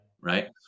Right